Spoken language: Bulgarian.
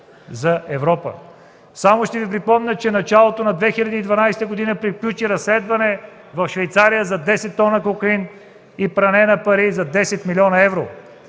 за Европа). Само ще Ви припомня, че в началото на 2012 г. приключи разследване в Швейцария за 10 тона кокаин и пране на пари за 10 млн. евро.